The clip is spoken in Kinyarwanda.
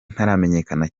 ntaramenyekana